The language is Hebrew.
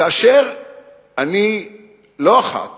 כאשר לא אחת